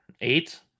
Eight